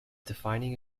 defining